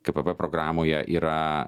kpp programoje yra